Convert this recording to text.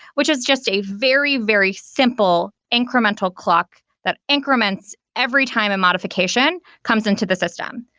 which is just a very, very simple incremental clock that increments every time a modification comes into the system.